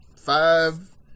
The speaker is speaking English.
five